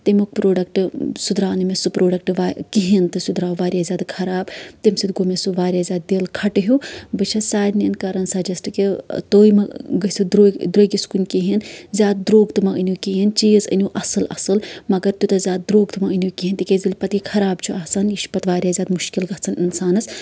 تَمیُک پروڈکٹ سُہ درٛاو نہٕ مےٚ سُہ پروڈکٹ کِہینۍ تہِ سُہ درٛاو واریاہ زیادٕ خراب تَمہِ سۭتۍ گوٚو مےٚ سُہ واریاہ زیادٕ دِل کھٹہٕ ہیو بہٕ چھَس سٲرنی کران سَجیسٹ کہِ تُہۍ مہ گژھِو درٛو درٛوگِس کُن کِہینۍ زیاد درٛوگ تہِ مہ أنیو کِہینۍ چیٖز أنیو اَصٕل اَصٕل مَگر تیوٗتاہ زیادٕ درٛوگ تہِ مہ أنیو کِہینۍ تِکیازِ ییٚلہِ پتہٕ یہِ خراب چھُ آسان یہِ چھُ پَتہٕ واریاہ مُشکِل گژھان اِنسانَس